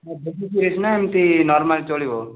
ବେଶୀ ସିରିୟସ୍ ନା ଏମିତି ନର୍ମାଲ୍ ଚଳିବ